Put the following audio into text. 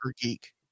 geek